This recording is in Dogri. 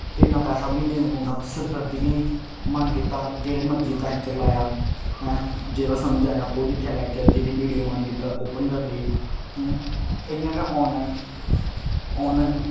ते इन्ना पैसा बी निं देना पौंदा सिर दर्दी बी नेईं ही मन कीता जेह्ड़े मर्जी लैक्चर लाया ऐं जेह्ड़ा समझाया ओह् दिक्खेआ लैक्चर जेह्ड़ी विडियो मन कीता ओह् ओपन करी लेई हूं इ'यां गै आनलाइन आनलाइन